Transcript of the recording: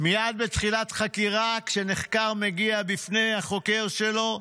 מייד בתחילת חקירה, כשנחקר מגיע בפני החוקר שלו: